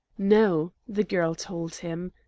no, the girl told him.